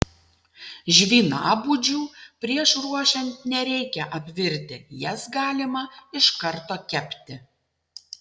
žvynabudžių prieš ruošiant nereikia apvirti jas galima iš karto kepti